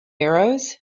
arrows